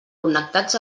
connectats